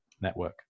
network